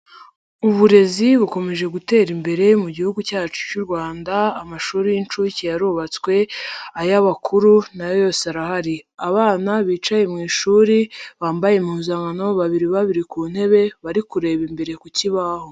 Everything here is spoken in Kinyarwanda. Uburezi bukomeje gutera imbere mu gihugu cyacu cy'u Rwanda, amashuri y'inshuke yarubatswe ay'abakuru na yo yose arahari. Abana bicaye mu ishuri bambaye impuzankano, babiri babiri ku ntebe bari kureba imbere ku kibaho..